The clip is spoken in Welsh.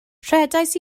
rhedais